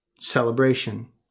celebration